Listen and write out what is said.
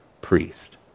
priest